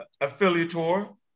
affiliator